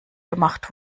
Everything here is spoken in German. gemacht